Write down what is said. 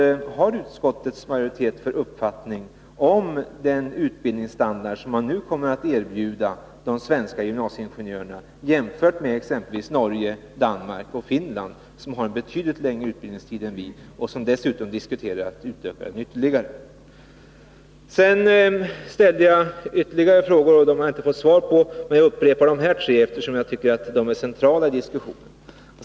Vilken är utskottsmajoritetens uppfattning om den utbildningsstandard som nu kommer att erbjudas de svenska gymnasieingenjörerna jämfört med utbildningen i exempelvis Norge, Danmark och Finland, länder i vilka utbildningen är betydligt längre än hos oss och där man i något dessutom diskuterar att utöka den ytterligare? Jag ställde fler frågor, men inte heller dessa har jag fått något svar på. Men jag upprepar dessa tre, eftersom jag tycker att de är centrala i diskussionen.